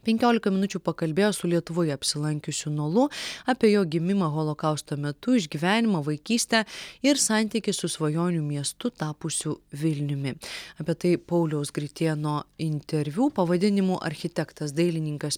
penkiolika minučių pakalbėjo su lietuvoje apsilankiusiu nolu apie jo gimimą holokausto metu išgyvenimą vaikystę ir santykį su svajonių miestu tapusiu vilniumi apie tai pauliaus gritėno interviu pavadinimu architektas dailininkas